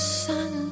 sun